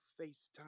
FaceTime